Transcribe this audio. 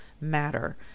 matter